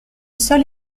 sol